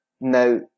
Now